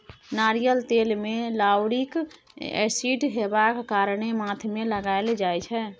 नारियल तेल मे लाउरिक एसिड हेबाक कारणेँ माथ मे लगाएल जाइ छै